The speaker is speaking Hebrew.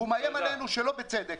והוא מאיים עלינו שלא בצדק.